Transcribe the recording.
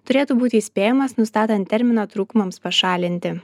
turėtų būti įspėjamas nustatant terminą trūkumams pašalinti